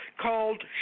called